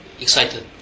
excited